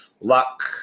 luck